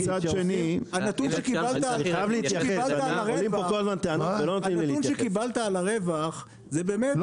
הנתונים שקיבלת על הרווח זה ממש לא רציני.